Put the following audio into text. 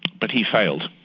but he failed.